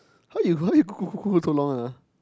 how you how you for so long ah